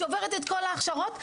שעוברת את כל ההכשרות,